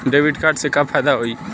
Debit card से का फायदा होई?